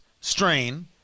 strain